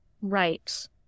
Right